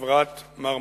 חברת "מרמנת".